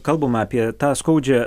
kalbam apie tą skaudžią